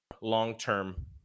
long-term